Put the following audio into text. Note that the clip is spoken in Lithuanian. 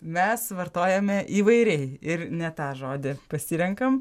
mes vartojame įvairiai ir ne tą žodį pasirenkam